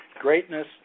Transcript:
Greatness